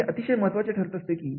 आणि हे अतिशय महत्त्वाचे ठरत असतात